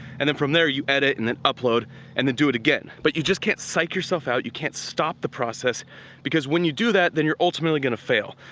and then from there, you edit and then upload and then do it again. but you just can't psyche yourself out. you can't stop the process because when you do that, then you're ultimately gonna fail.